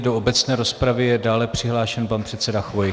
Do obecné rozpravy je dále přihlášen pan předseda Chvojka.